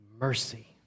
mercy